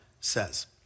says